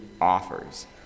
offers